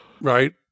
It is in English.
right